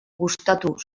gustatu